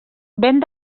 vent